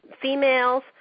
females